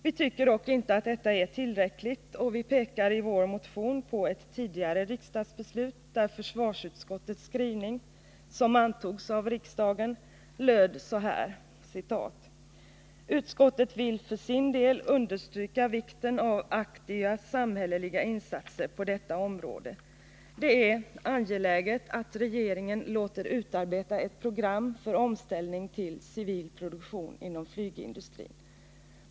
Vi tycker dock inte att detta är tillräckligt och pekar därför i vår motion på ett tidigare riksdagsbeslut, där försvarsutskottets skrivning, som antogs av riksdagen, hade följande lydelse: ”Utskottet vill för sin del understryka vikten av aktiva samhälleliga insatser på detta område. Det är angeläget att regeringen låter utarbeta ett program för omställning till civil produktion inom flygindustrin.